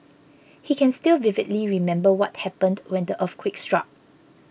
he can still vividly remember what happened when the earthquake struck